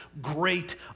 great